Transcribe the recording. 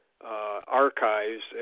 archives